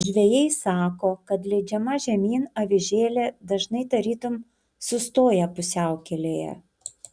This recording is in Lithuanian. žvejai sako kad leidžiama žemyn avižėlė dažnai tarytum sustoja pusiaukelėje